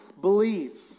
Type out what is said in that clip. believe